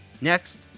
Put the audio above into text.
Next